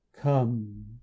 come